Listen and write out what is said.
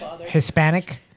Hispanic